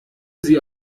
sie